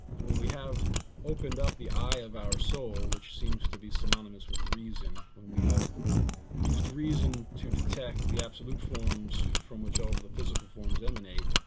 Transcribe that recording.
and when we have opened up the eye of our soul, which seems to be synonymous with reason, when we have used reason to detect the absolute forms from which all the physical forms emanate,